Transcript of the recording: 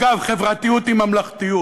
אגב, חברתיות היא ממלכתיות.